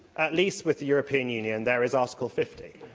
at least with the european union, there is article fifty.